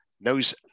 knows